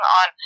on